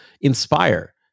inspire